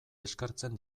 eskertzen